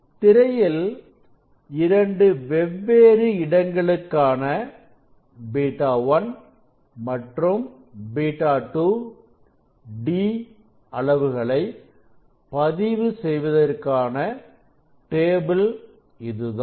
திரையில் இரண்டு வெவ்வேறு இடங்களுக்கான β 1 மற்றும் β 2 மற்றும் d அளவுகளை பதிவு செய்வதற்கான டேபிள் இதுதான்